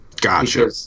Gotcha